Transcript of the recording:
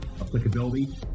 applicability